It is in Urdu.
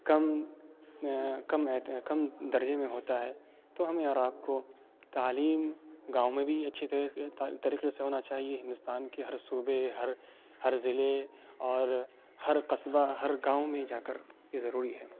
کم کم کم درجے میں ہوتا ہے تو ہمیں اور آپ کو تعلیم گاؤں میں بھی اچھی طریقے سے ہونا چاہیے ہندوستان کے ہر صوبے ہر ہر ضلعے اور ہر قصبہ ہر گاؤں میں جا کر یہ ضروری ہے